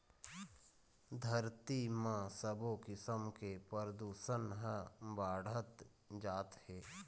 धरती म सबो किसम के परदूसन ह बाढ़त जात हे